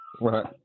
right